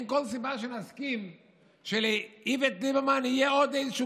אין כל סיבה שנסכים שלאיווט ליברמן תהיה עוד איזושהי